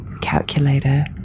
calculator